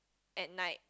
at night